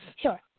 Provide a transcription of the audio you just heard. Sure